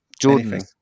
Jordan